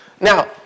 Now